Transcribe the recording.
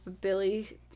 Billy